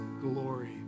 glory